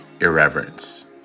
irreverence